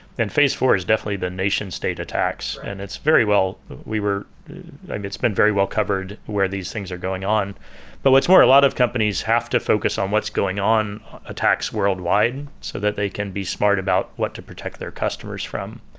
then phase four is definitely the nation state attacks and it's very well it's been very well covered where these things are going on but what's more a lot of companies have to focus on what's going on attacks worldwide, so that they can be smart about what to protect their customers from.